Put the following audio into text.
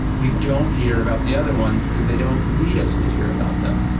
we don't hear about the other ones because they don't need us to hear about them.